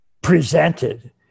presented